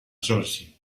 géorgie